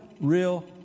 real